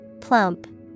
Plump